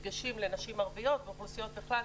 דגשים לנשים ערביות ואוכלוסיות בכלל,